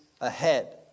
ahead